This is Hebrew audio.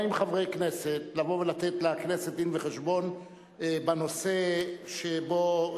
חברי הכנסת לבוא ולתת לכנסת דין-וחשבון בנושא שקבענו,